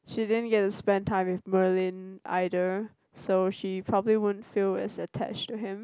she didn't get to spend time with Merlin either so she probably won't feel as attached to him